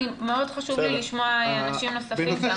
מאוד חשוב לי לשמוע אנשים נוספים.